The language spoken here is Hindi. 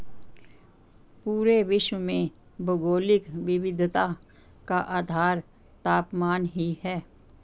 पूरे विश्व में भौगोलिक विविधता का आधार तापमान ही है